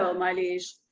my liege.